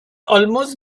almost